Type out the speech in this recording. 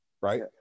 right